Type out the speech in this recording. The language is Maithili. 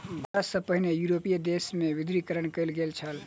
भारत सॅ पहिने यूरोपीय देश में विमुद्रीकरण कयल गेल छल